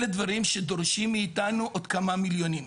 אלה דברים שדורשים מאתנו עוד כמה מיליונים.